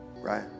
right